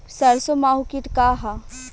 सरसो माहु किट का ह?